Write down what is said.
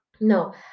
no